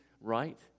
right